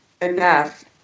enough